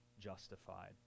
justified